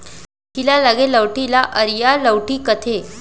खीला लगे लउठी ल अरिया लउठी कथें